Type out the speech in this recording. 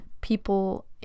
people